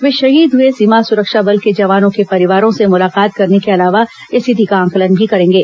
वे शहीद हुए सीमा सुरक्षा बल के जवानों के परिवारों से मुलाकात करने के अलावा स्थिति का आंकलन भी करेंगे